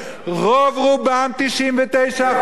99% של אזרחי ישראל היהודים,